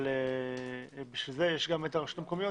אבל לכן יש גם הרשויות המקומיות,